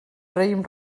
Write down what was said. raïm